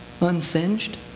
unsinged